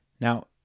Now